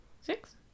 Six